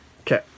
Okay